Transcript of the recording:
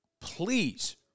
please